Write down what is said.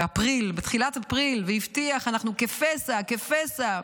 באפריל, בתחילת אפריל והבטיח: אנחנו כפסע, כפסע,